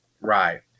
Right